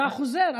אתה חוזר,